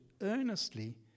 earnestly